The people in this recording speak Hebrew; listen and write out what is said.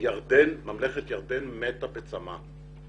ממלכת ירדן מתה מצמא.